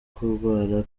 kurwara